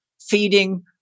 feeding